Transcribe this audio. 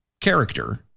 character